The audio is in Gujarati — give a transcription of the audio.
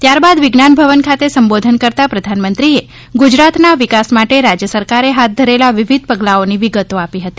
ત્યારબાદ વિજ્ઞાન ભવન ખાતે સંબોધન કરતા પ્રધાનમંત્રીએ ગુજરાતના વિકાસ માટે રાજ્ય સરકારે હાથ ધરેલા વિવિધ પગલાઓની વિગતો આપી હતી